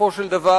בסופו של דבר,